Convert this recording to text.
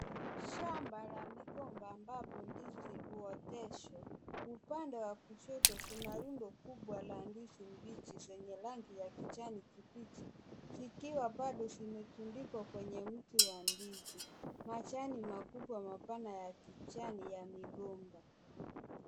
Shamba la migomba ambapo ndizi huoteshwa. Upande wa kushoto kuna rundo kubwa la ndizi mbichi zenye rangi ya kijani kibichi zikiwa bado zimetundikwa kwenye mti wa ndizi. Majani makubwa mapana ya kijani ya migomba.